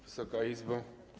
Wysoka Izbo!